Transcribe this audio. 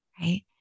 right